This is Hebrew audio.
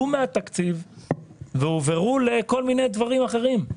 מהתקציב והועברו לכל מיני דברים אחרים,